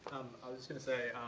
i was just gonna say,